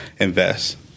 invest